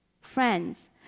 friends